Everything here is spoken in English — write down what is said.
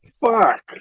fuck